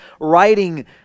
writing